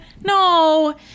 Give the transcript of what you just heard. no